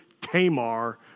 Tamar